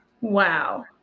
Wow